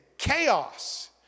Chaos